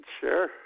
Sure